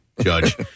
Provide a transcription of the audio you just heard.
judge